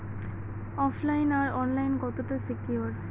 ওফ line আর online কতটা secure?